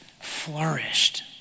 flourished